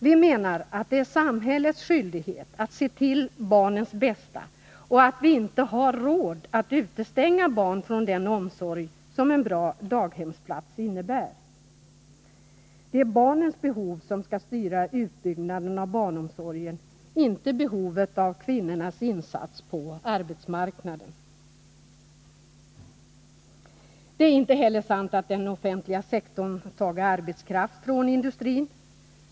Vi menar att det är samhällets skyldighet att se till barnens bästa och anser att man inte har råd att utestänga barn från den omsorg som en bra daghemsplats innebär. Det är barnens behov som skall styra utbyggnaden av barnomsorgen, inte behovet av kvinnornas insatser på arbetsmarknaden. Det är inte heller sant att den offentliga sektorn har tagit arbetskraft från industrin.